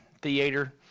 Theater